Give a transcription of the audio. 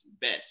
best